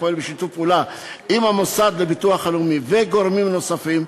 הפועל בשיתוף פעולה עם המוסד לביטוח הלאומי וגורמים נוספים,